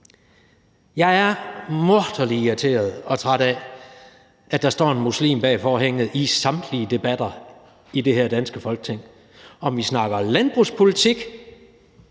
Jeg er morderlig irriteret og træt af, at der står en muslim bag forhænget i samtlige debatter i det her danske Folketing. Om vi snakker landbrugspolitik,